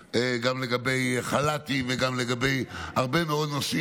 גם לגבי חל"ת וגם לגבי הרבה מאוד נושאים